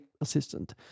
assistant